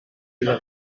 iddo